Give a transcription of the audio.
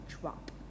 drop